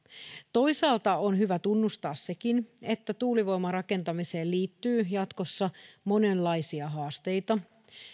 toisaalta on hyvä tunnustaa sekin että tuulivoimarakentamiseen liittyy jatkossa monenlaisia haasteita